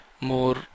more